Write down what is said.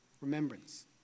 Remembrance